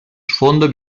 sfondo